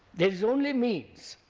there is only means,